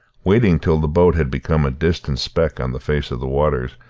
waiting till the boat had become a distant speck on the face of the waters,